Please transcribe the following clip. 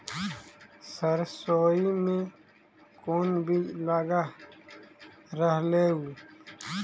सरसोई मे कोन बीज लग रहेउ?